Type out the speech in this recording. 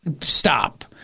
Stop